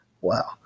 wow